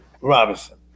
Robinson